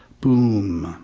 boom.